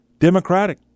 democratic